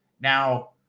Now